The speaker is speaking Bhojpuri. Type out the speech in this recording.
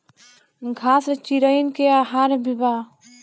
घास चिरईन के आहार भी बा